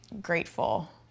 grateful